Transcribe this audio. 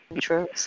True